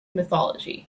mythology